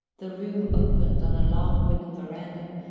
the room opened on a long wooden verandah,